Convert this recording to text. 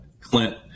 Clint